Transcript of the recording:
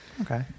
Okay